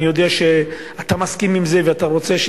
אני יודע שאתה מסכים עם זה ואתה רוצה,